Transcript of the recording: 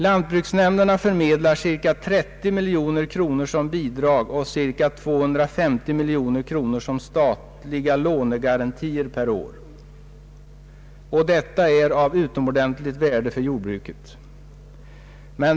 Lantbruksnämnderna förmedlar ca 30 miljoner kronor som bidrag och ca 250 miljoner kronor som statliga lånegarantier per år. Detta är av utomordentligt värde för jordbruket.